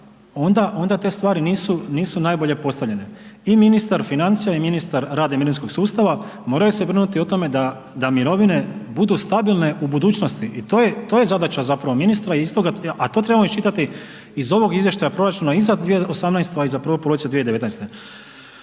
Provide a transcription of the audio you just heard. onda te stvari nisu najbolje postavljene. I ministar financija i ministar rada i mirovinskog sustava moraju se brinuti o tome da mirovine budu stabilne u budućnosti i to je zadaća ministra. A to trebamo iščitati iz ovog izvještaja o proračunu i za 2018., a i za prvu polovicu 2019.